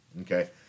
Okay